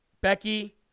Becky